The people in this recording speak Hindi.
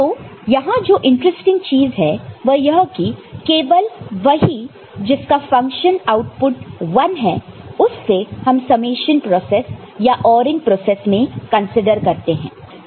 तो यहां जो इंटरेस्टिंग चीज है वह यह कि केवल वही जिस का फंक्शन आउटपुट 1 है उससे हम समेशन प्रोसेस या ORing प्रोसेस में कंसीडर करते हैं